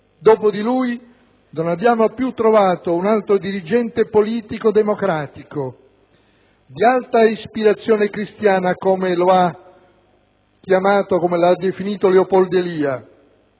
Dopo dì lui non abbiamo più trovato un altro dirigente politico democratico, di alta ispirazione cristiana (come lo ha definito Leopoldo Elia),